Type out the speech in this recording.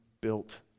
built